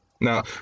Now